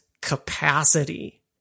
capacity